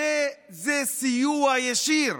הרי זה סיוע ישיר